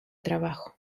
trabajo